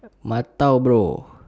matao bro